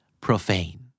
profane